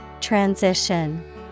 Transition